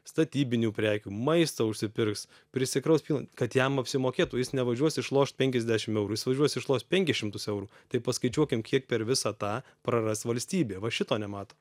statybinių prekių maisto užsipirks prisikraus pilna kad jam apsimokėtų jis nevažiuos išlošt penkiasdešim eurų jis važiuos išloš penkis šimtus eurų tai paskaičiuokim kiek per visą tą praras valstybė va šito nemato